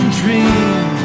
dream